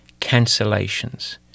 cancellations